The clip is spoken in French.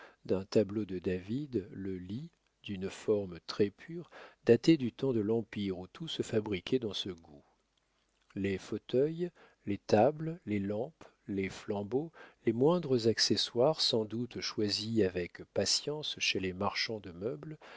d'un tableau de david le lit d'une forme très pure datait du temps de l'empire où tout se fabriquait dans ce goût les fauteuils les tables les lampes les flambeaux les moindres accessoires sans doute choisis avec patience chez les marchands de meubles